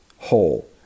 whole